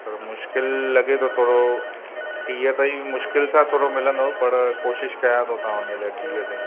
पर मुश्किलु लॻे थो थोरो टीह ताईं मुश्किलु सां थोरो मिलंदो पर कोशिशि कयां थो तव्हांजे लाइ टीह तई